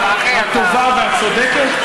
הטובה והצודקת,